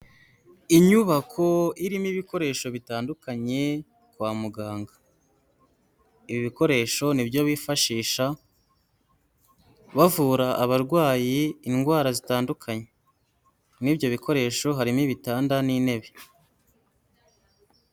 Inyubako irimo ibikoresho bitandukanye kwa muganga, ibi bikoresho ni byo bifashisha bavura abarwayi indwara zitandukanye, muri ibyo bikoresho harimo ibitanda n'intebe.